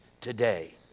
today